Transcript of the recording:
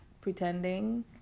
pretending